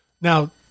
Now